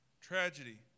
Tragedy